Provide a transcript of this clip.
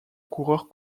coureur